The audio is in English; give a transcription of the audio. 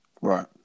Right